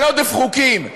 על עודף חוקים,